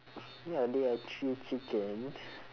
ya there are three chickens